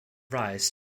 reis